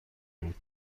بود